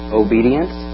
obedience